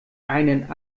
einen